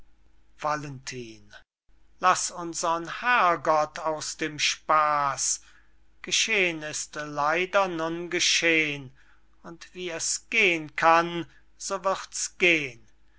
valentin laßt unsern herr gott aus dem spaß geschehn ist leider nun geschehn und wie es gehn kann so wird's gehn